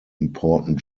important